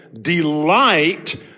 delight